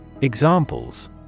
Examples